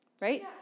right